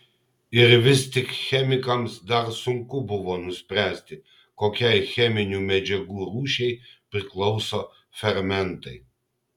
ir vis tik chemikams dar sunku buvo nuspręsti kokiai cheminių medžiagų rūšiai priklauso fermentai